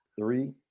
three